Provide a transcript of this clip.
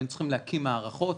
היינו צריכים להקים מערכות.